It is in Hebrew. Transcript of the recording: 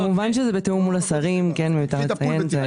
כמובן שזה בתאום מול השרים, זה מותר לציין.